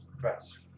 threats